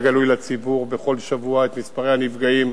במידע גלוי לציבור בכל שבוע את מספרי הנפגעים